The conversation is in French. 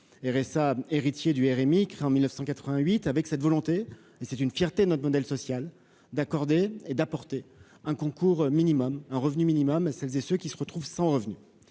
RSA héritier du RMI, créé en 1988 avec cette volonté et c'est une fierté notre modèle social d'accorder et d'apporter un concours minimum un revenu minimum à celles et ceux qui se retrouvent sans revenus